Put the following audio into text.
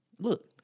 Look